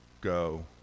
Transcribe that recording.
go